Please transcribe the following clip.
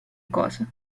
cosa